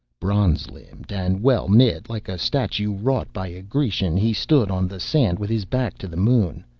bronze-limbed and well-knit, like a statue wrought by a grecian, he stood on the sand with his back to the moon,